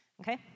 Okay